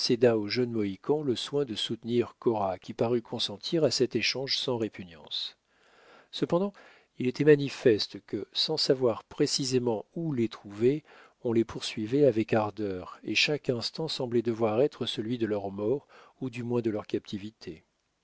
au jeune mohican le soin de soutenir cora qui parut consentir à cet échange sans répugnance cependant il était manifeste que sans savoir précisément où les trouver on les poursuivait avec ardeur et chaque instant semblait devoir être celui de leur mort ou du moins de leur captivité